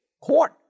Corn